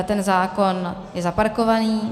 Ten zákon je zaparkovaný.